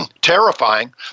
terrifying